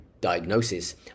diagnosis